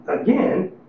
again